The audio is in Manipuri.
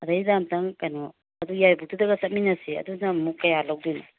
ꯑꯗꯩꯗꯨꯗ ꯑꯝꯇꯪ ꯀꯩꯅꯣ ꯑꯗꯨ ꯌꯥꯏꯔꯤꯄꯣꯛꯇꯨꯗꯒ ꯆꯠꯃꯤꯟꯅꯁꯦ ꯑꯗꯨꯅ ꯑꯃꯨꯛ ꯀꯌꯥ ꯂꯧꯗꯣꯏꯅꯣ